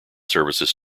services